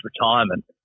retirement